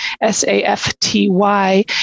S-A-F-T-Y